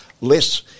less